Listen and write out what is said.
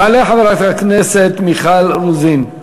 תעלה חברת הכנסת מיכל רוזין,